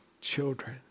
children